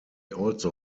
also